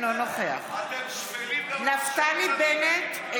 אינו נוכח נפתלי בנט,